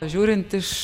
žiūrint iš